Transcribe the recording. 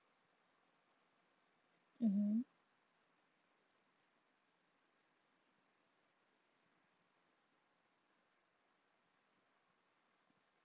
mmhmm